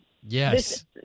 Yes